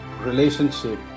relationship